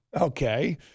Okay